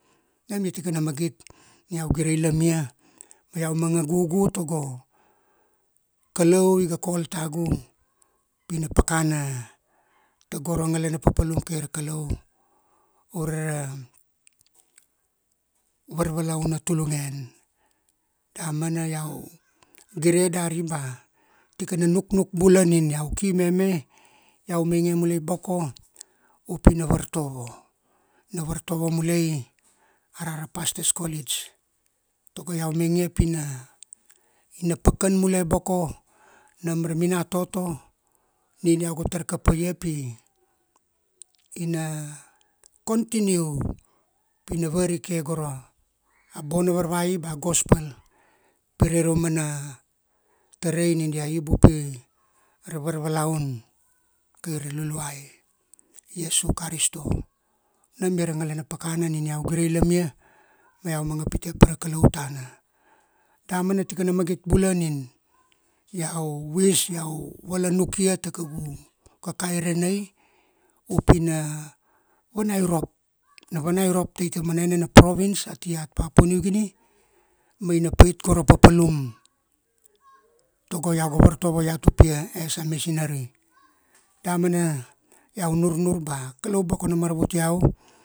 Nam ia tikana magit ni iau gireilam ia, ma iau managa gugu tago, Kalau iga call tagu, pi na pakana tara, tago ra ngalana papalum kai ra Kalau, ure ra, varvalaun na tulungen. Da mana iau gire dari ba, tikana nuknuk bula nin iau ki mame, iau mainge bula boko, upi na vartovo. Na vartovo mulai, ara ra pastors college. Tago iau mainge pina, ina pakan mulai boko, nam ra minatoto nina iau ga tar kapaia pi, ina, continue pi na varike go ra bona varvai ba gospel pire ra mana tarai nina dia iba upi, ra varvalaun kai ra Luluai, Iesu Karisto. Nam ia ra ngalana pakana nina iau gireilam ia, ma iau manga pite pa ra Kalau tana. Damana tikana magit bula nin iau wish iau vala nukia ta kaugu, kakairanai upi na, vanairop, i na vanairop tai taumana enena province ati ia Papua New Guinea, ma ina pait go ra papalum, tago iau ga vartovo iat upia, as a Missionary. Damana, iau nurnur ba Kalau boko na maravut iau.